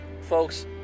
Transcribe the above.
folks